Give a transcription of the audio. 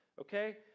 okay